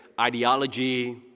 ideology